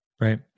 Right